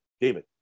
David